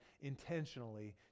intentionally